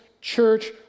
church